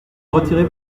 retirer